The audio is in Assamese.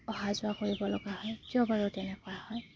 অহা যোৱা কৰিবলগা হয় কিয় বাৰু তেনেকুৱা হয়